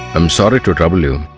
um sorry to trouble you